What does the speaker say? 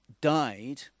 died